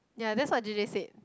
ya that's what Juliet said